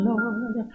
Lord